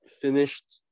finished